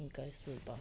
应该是吧